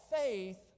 faith